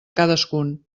cadascun